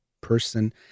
person